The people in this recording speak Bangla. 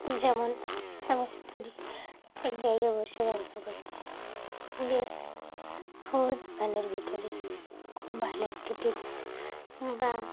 যেমন স্বামী স্ত্রী এক জায়গায় বসে গল্প করছি বেশ ফুল বাগানের ভিতরে খুব ভালো একটি টিপস বা